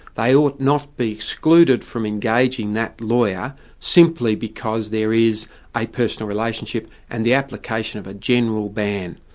they ought not be excluded from engaging that lawyer simply because there is a personal relationship, and the application of a general ban.